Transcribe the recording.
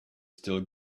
still